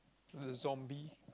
the zombie